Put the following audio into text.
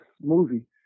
movie